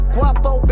Guapo